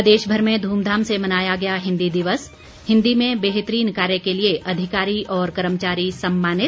प्रदेशभर में धूमधाम से मनाया गया हिन्दी दिवस हिन्दी में बेहतरीन कार्य के लिए अधिकारी और कर्मचारी सम्मानित